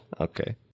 Okay